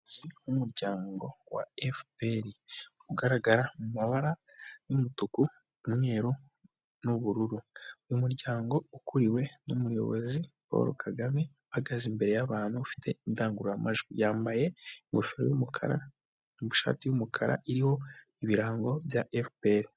Umuyobozi w'umuryango wa FPR, ugaragara mumabara y'umutuku, umweru, n'ubururu uyu muryango ukuriwe n'umuyobozi Paul Kagame, uhagaze imbere y'abantu ufite indangururamajwi, yambaye ingofero y'umukara, n'ishati y'umukara iriho ibirango bya FPR.